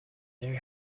there